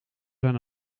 zijn